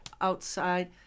outside